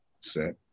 set